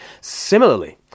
Similarly